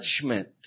judgment